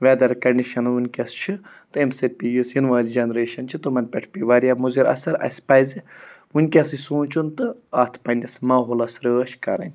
weather condition وُنٛکیٚس چھِ تہٕ اَمہِ سۭتۍ یُس یِنہٕ وٲلۍ جَنریشَن چھِ تِمَن پٮ۪ٹھ پیٚیہِ واریاہ مُضِر اَثر اسہِ پَزِ وُنٛکیٚسٕے سونٛچُن تہٕ اَتھ پننِس ماحولَس رٲچھ کَرٕنۍ